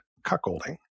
cuckolding